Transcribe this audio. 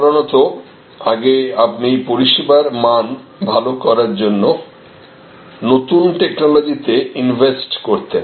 সাধারণত আগে আপনি পরিষেবার মান ভালো করার জন্য নতুন টেকনোলজিতে ইনভেস্ট করতেন